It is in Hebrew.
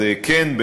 אז כן,